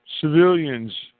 Civilians